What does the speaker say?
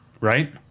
Right